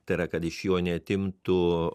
tai yra kad iš jo neatimtų